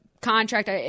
contract